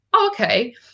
Okay